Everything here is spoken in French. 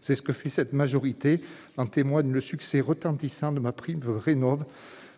C'est ce que fait cette majorité. En témoignent le succès retentissant de MaPrimeRénov'-